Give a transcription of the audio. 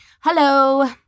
Hello